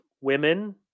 women